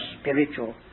spiritual